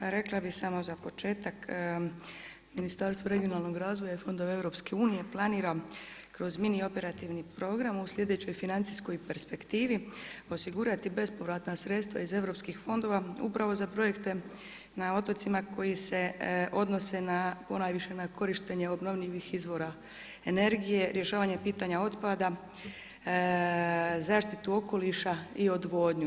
Rekla bi samo za početak Ministarstvo regionalnog razvoja i fondova EU-a planira kroz mini operativni program u slijedećoj financijskoj perspektivi osigurati bespovratna sredstva iz europskih fondova upravo za projekte na otocima koji se odnose ponajviše na korištenje obnovljivih izvora energije, rješavanje pitanja otpada, zaštitu okoliša i odvodnju.